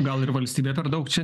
gal ir valstybė per daug čia